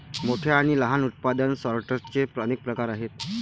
मोठ्या आणि लहान उत्पादन सॉर्टर्सचे अनेक प्रकार आहेत